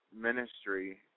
ministry